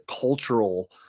cultural